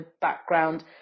background